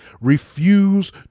refuse